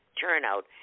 turnout